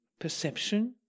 Perception